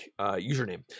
username